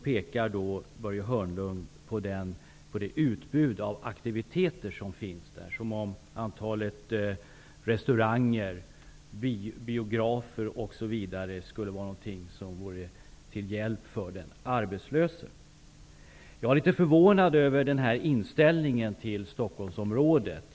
Han pekar också på det utbud av aktiviteter som finns här, som om antalet restauranger, biografer osv. skulle vara någonting som vore till hjälp för den arbetslöse. Jag är alltså litet förvånad över den här inställningen till Stockholmsområdet.